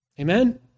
Amen